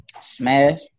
smash